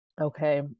Okay